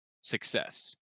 success